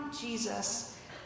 Jesus